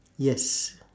yes